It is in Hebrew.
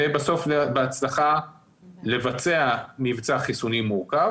ובסוף הצלחה לבצע מבצע חיסונים מורכב